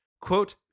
quote